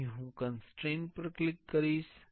તેથી હું ક્ન્સ્ટ્રેઇન પર ક્લિક કરીશ